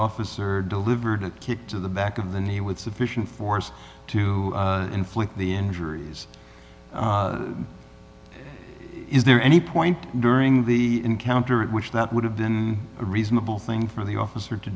officer delivered a kick to the back of the knee with sufficient force to inflict the injuries is there any point during the encounter which that would have been a reasonable thing for the officer to